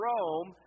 Rome